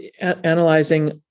analyzing